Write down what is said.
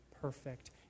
perfect